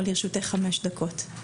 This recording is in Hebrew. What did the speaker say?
לרשותך חמש דקות.